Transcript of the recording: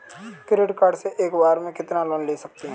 Credit card से एक बार में कितना लोन ले सकते हैं?